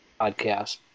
podcast